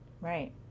right